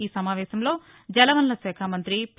ఈ సమావేశంలో జల వనరుల శాఖ మంత్రి పి